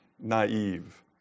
naive